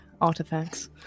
artifacts